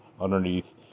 underneath